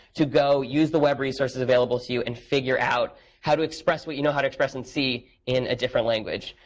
to go use the web resources available to you and figure out how to express what you know how to express in c, in a different language.